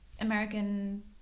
American